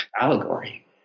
allegory